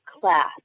class